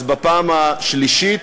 אז בפעם השלישית.